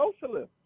socialist